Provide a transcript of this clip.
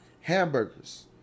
Hamburgers